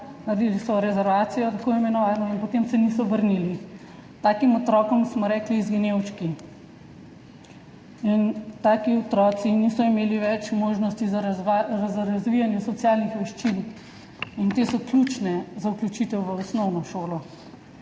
naredili so tako imenovano rezervacijo in potem se niso vrnili. Takim otrokom smo rekli izginevčki in taki otroci niso imeli več možnosti za razvijanje socialnih veščin, te pa so ključne za vključitev v osnovno šolo.